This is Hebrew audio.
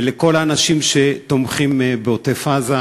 ולכל האנשים שתומכים בעוטף-עזה.